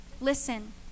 Listen